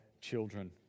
children